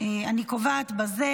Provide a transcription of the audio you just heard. אני קובעת בזה